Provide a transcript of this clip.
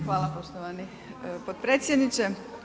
Hvala poštovani potpredsjedniče.